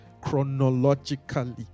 chronologically